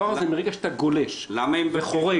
אנחנו נמצאים כבר בשעה 11:30 ואני מקווה